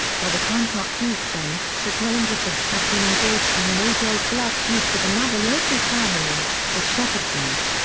by the time huck meets them, the grangerfords have been engaged in an age-old blood feud with another local family, the shepherdsons.